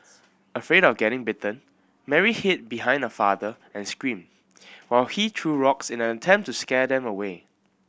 afraid of getting bitten Mary hid behind her father and screamed while he threw rocks in an attempt to scare them away